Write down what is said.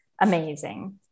amazing